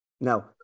Now